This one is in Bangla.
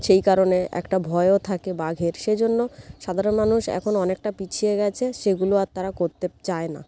সেই কারণে একটা ভয়ও থাকে বাঘের সেই জন্য সাধারণ মানুষ এখন অনেকটা পিছিয়ে গিয়েছে সেইগুলো আর তারা করতে চায় না